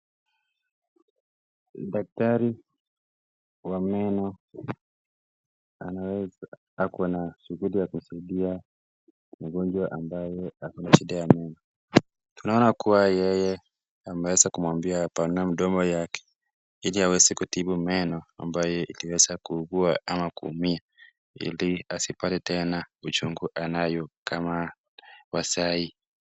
Daktari wa meno anaye ako na shughuli ya kusaidia mgonjwa ambayo ako na shida ya meno. Naona kuwa yeye ameweza kumwambia kuona mdomo yak. Ili aweze kutibu meno ambayo huweza kuuguwa ama kuumia ili asipate tena uchungu anayo kama ya wa saai.